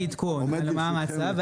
להגיש לוועדה עדכון מה המצב,